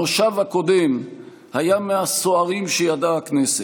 המושב הקודם היה מהסוערים שידעה הכנסת.